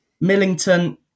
Millington